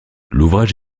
l’ouvrage